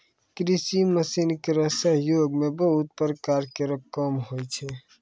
कृषि मसीन केरो सहयोग सें बहुत प्रकार केरो काम होय छै